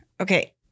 Okay